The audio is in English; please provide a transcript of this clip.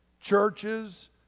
Churches